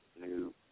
new